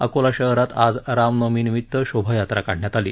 अकोला शहरात आज रामनवमीनिमित्त शोभायात्रा काढण्यात आली